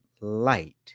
light